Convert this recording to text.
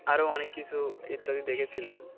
আরও অনেক কিছু ইত্যাদি দেখেছিলাম